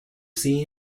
see